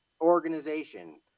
organization